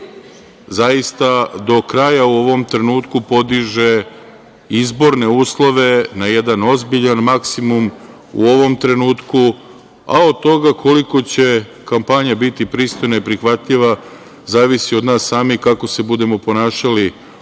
zaista do kraja u ovom trenutku podiže izborne uslove na jedan ozbiljan maksimum u ovom trenutku, a od toga koliko će kampanja biti pristojna i prihvatljiva zavisi od nas samih kako se budemo ponašali